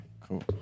cool